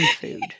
food